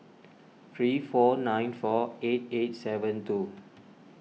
three four nine four eight eight seven two